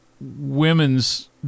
women's